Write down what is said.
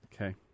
Okay